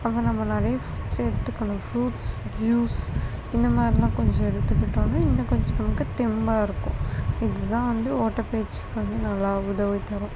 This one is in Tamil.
அப்போ நம்ம நிறைய சேர்த்துக்கணும் ஃபுரூட்ஸ் ஜூஸ் இந்தமாதிரிலாம் கொஞ்சம் எடுத்துக்கிட்டோன்னால் இன்னம் கொஞ்சம் நமக்கு தெம்பாக இருக்கும் இது தான் வந்து ஓட்ட பயிற்சிக்கு வந்து நல்லா உதவி தரும்